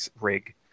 rig